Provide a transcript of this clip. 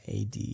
AD